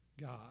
God